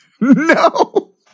No